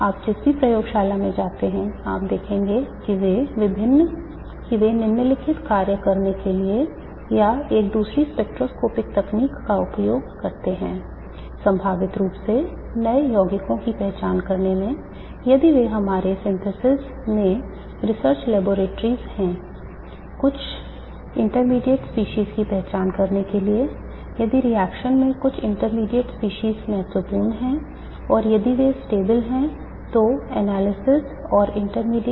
आप जिस भी प्रयोगशाला में जाते हैं आप देखते हैं कि वे निम्नलिखित कार्य करने के लिए एक या दूसरी स्पेक्ट्रोस्कोपिक तकनीकों का उपयोग करते हैं संभावित रूप से नए यौगिकों की पहचान करने में यदि वे हमारे संश्लेषण का सर्वोत्तम उपयोग कैसे करें l यह मात्रात्मक पहचान का उपयोग करती हैं तो हम उन्हें एक एक करके देखेंगे